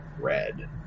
red